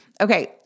Okay